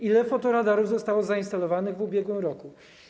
Ile fotoradarów zostało zainstalowanych w ubiegłym roku?